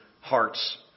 hearts